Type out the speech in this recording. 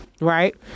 Right